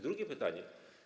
Drugie pytanie.